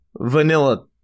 vanilla